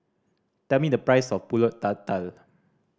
tell me the price of Pulut Tatal